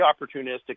opportunistic